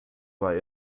war